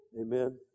Amen